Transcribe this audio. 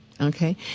Okay